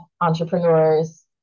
entrepreneurs